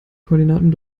koordinaten